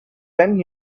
been